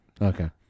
Okay